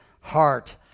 heart